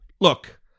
Look